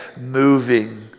moving